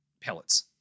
pellets